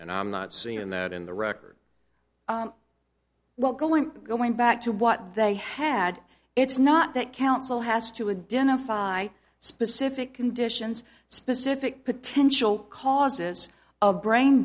and i'm not seeing that in the record what going going back to what they had it's not that council has to a dinner fi specific conditions specific potential causes of brain